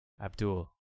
Abdul